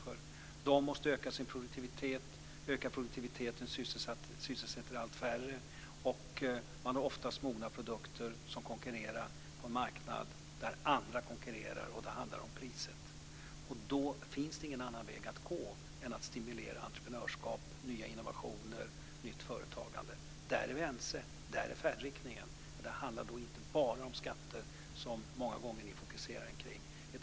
Företagen måste öka sin produktivitet. Då sysselsätts allt färre. De har oftast mogna produkter som konkurrerar på en marknad där det handlar om priset. Då finns det ingen annan väg att gå än att stimulera entreprenörskap, nya innovationer och nytt företagande. Där är vi ense om färdriktningen. Det handlar inte bara om skatter, vilket ni fokuserar på många gånger.